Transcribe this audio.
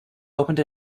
opened